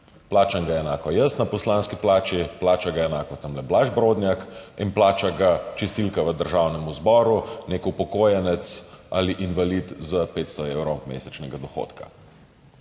Plačam ga enako jaz na poslanski plači, plača ga enako tamle Blaž Brodnjak in plača ga čistilka v Državnem zboru, neki upokojenec ali invalid s 500 evri mesečnega dohodka.